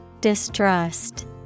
Distrust